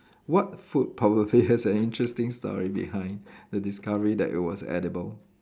what food probably has an interesting story behind the discovery that it was edible